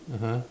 (uh huh)